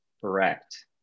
Correct